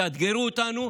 תאתגרו אותנו.